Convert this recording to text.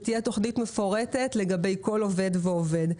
שתהיה תוכנית מפורטת לגבי כל עובד ועובד.